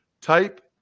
Type